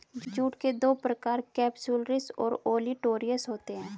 jute के दो प्रकार केपसुलरिस और ओलिटोरियस होते हैं